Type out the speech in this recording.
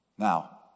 Now